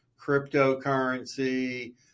cryptocurrency